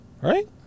Right